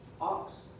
ox